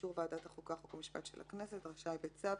באישור ועדת החוקה, חוק ומשפט של הכנסת, רשאי בצו